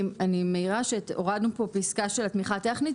אני מעירה שהורדנו פה פסקה של התמיכה הטכנית.